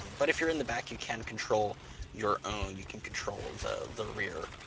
but if you're in the back, you can control your own. you can control the the rear